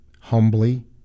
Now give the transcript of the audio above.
humbly